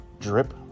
drip